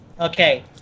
Okay